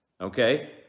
Okay